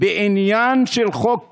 בעניין של חוק קמיניץ,